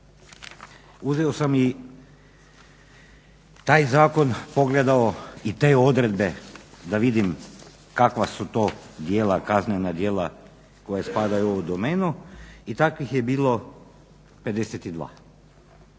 Uzeo sam i taj zakon, pogledao i te odredbe da vidim kakva su to djela, kaznena djela koja spadaju u ovu domenu i takvih je bilo 52.